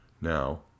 Now